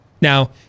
Now